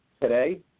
Today